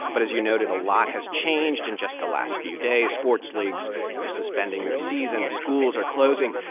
but as you noted, a lot has changed in just the last few days. sports leagues are suspending their seasons, schools are closing.